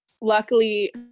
luckily